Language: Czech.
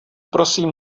prosím